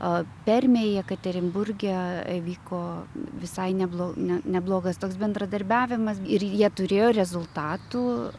o permėj jekaterinburge vyko visai neblog ne neblogas toks bendradarbiavimas ir jie turėjo rezultatų